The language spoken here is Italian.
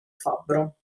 fabbro